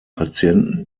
patienten